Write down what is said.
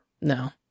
No